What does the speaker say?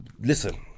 listen